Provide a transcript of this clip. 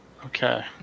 Okay